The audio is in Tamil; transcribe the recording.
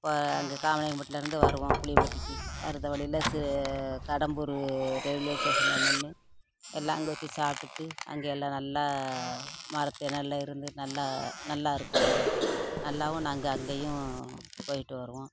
அங்கே காமநாயக்கன் பட்டிலேர்ந்து வருவோம் புளியம்பட்டிக்கு வரவழியில் கடம்பூர் ரயில்வே ஸ்டேஷனில் நின்று எல்லாம் அங்கே வச்சு சாப்பிடுட்டு அங்கே எல்லாம் நல்லா மரத்து நிழல்ல இருந்து நல்லா நல்லா இருக்கும் நல்லாவும் நாங்கள் அங்கேயும் போய்ட்டு வருவோம்